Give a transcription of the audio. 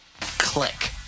click